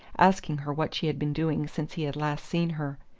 asking her what she had been doing since he had last seen her,